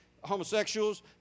homosexuals